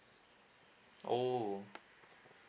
oh